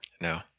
no